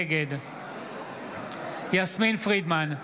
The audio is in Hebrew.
נגד יסמין פרידמן,